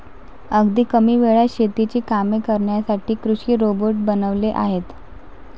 अगदी कमी वेळात शेतीची कामे करण्यासाठी कृषी रोबोट बनवले आहेत